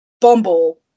Bumble